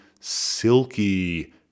silky